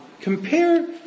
Compare